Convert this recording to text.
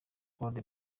code